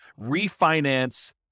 refinance